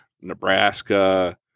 Nebraska